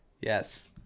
Yes